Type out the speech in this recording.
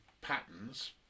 patterns